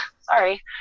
sorry